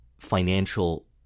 financial